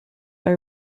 are